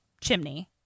chimney